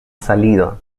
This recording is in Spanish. salido